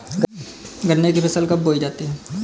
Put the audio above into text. गन्ने की फसल कब बोई जाती है?